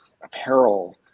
apparel